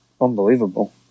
unbelievable